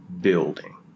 building